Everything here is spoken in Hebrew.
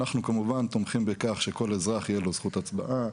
אנחנו כמובן תומכים בכך שכל אזרח יהיה לו זכות הצבעה,